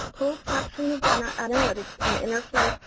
tool capturing of data analytics and interface